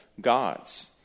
gods